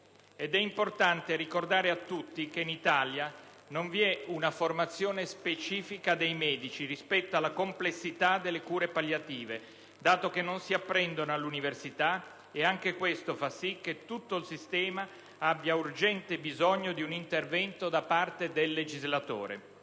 È importante ricordare a tutti che in Italia non vi è una formazione specifica dei medici rispetto alla complessità delle cure palliative, dato che non si apprendono all'università, e anche questo fa sì che tutto il sistema abbia urgente bisogno di un intervento da parte del legislatore.